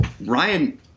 Ryan –